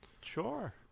Sure